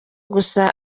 gusa